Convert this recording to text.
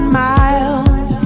miles